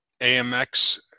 AMX